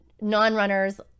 non-runners